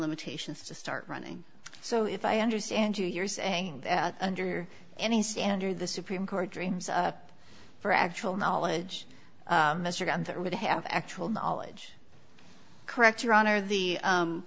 limitations to start running so if i understand you you're saying under any standard the supreme court dreams up for actual knowledge mr gunther would have actual knowledge correct your honor the